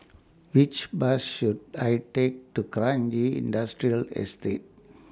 Which Bus should I Take to Kranji Industrial Estate